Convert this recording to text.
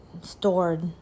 stored